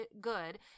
good